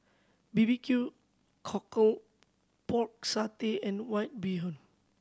B B Q Cockle Pork Satay and White Bee Hoon